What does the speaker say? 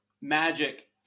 Magic